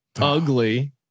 ugly